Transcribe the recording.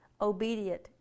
obedient